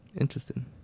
Interesting